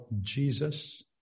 Jesus